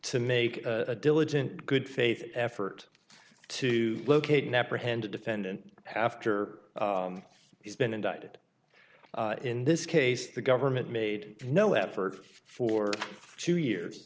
to make a diligent good faith effort to locate and apprehend a defendant after he's been indicted in this case the government made no effort for two years